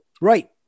Right